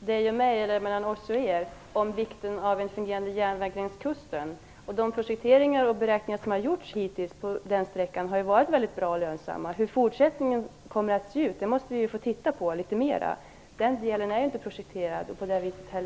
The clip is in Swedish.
Peter Eriksson och mig eller mellan er och oss om vikten av en fungerande järnväg längs kusten. De projekteringar och beräkningar som har gjorts hittills på den sträckan har ju varit mycket bra och lönsamma. Hur fortsättningen kommer att se ut måste vi få titta litet mer på. Den delen är inte projekterad och därför inte lika klar.